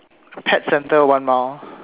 pet centre one mile